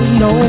no